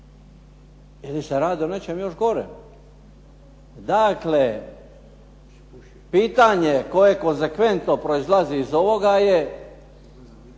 ili se radi o nečem još gorem. Dakle, pitanje koje konsekventno proizlazi iz ovoga je